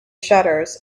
shutters